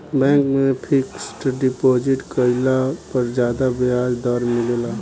bank में fixed deposit कईला पर ज्यादा ब्याज दर मिलेला